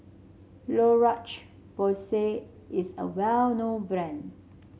Porsay is a well known brand